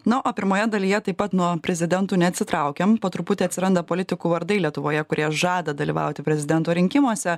na o pirmoje dalyje taip pat nuo prezidentų neatsitraukiam po truputį atsiranda politikų vardai lietuvoje kurie žada dalyvauti prezidento rinkimuose